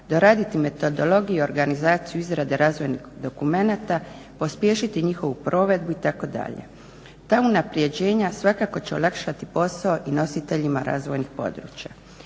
doraditi metodologiju i organizaciju izrade razvojnih dokumenata, pospješiti njihovu provedbu itd. Ta unapređenja svakako će olakšati posao i nositeljima razvojnih područja.